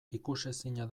ikusezina